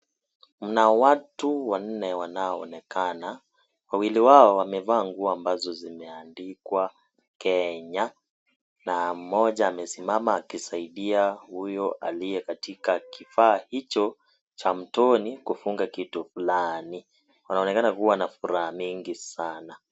Mnao watu wannne wanaoonekana . Wawili wao wamevaa nguo ambazo zimeandikwa Kenya na mmoja amesimama akisaidia huyo aliye katika kifaa hicho cha mtoni kufunga kitu fulani, wanaonekana kuwa na furaha mingi sana.